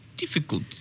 difficult